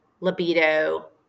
libido